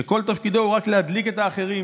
שכל תפקידו הוא רק להדליק את האחרים".